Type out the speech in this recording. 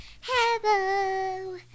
hello